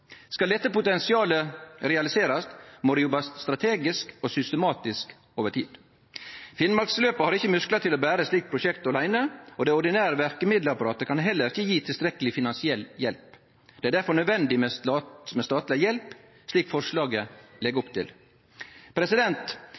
Skal dette potensialet realiserast, må det jobbast strategisk og systematisk over tid. Finnmarksløpet har ikkje musklar til å bere eit slikt prosjekt åleine, det ordinære verkemiddelapparatet kan heller ikkje gje tilstrekkeleg finansiell hjelp. Det er difor nødvendig med statleg hjelp, slik forslaget legg opp til.